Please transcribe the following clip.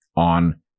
On